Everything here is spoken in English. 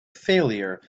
failure